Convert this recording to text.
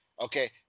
okay